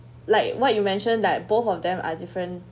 like what you mentioned that both of them are different